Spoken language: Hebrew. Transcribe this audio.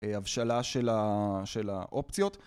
הבשלה של ה.. של האופציות